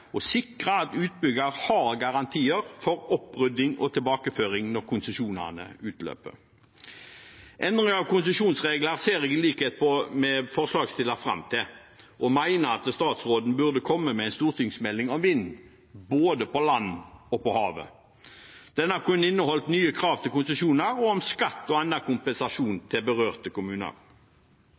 sikre at utbygger har garantier for opprydding og tilbakeføring når konsesjonene utløper. Endring av konsesjonsregler ser jeg i likhet med forslagsstillerne fram til, og jeg mener at statsråden burde komme med en stortingsmelding om vind både på land og på havet. Denne kunne inneholdt nye krav til konsesjoner og om skatt og annen kompensasjon til berørte kommuner.